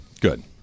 Good